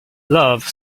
love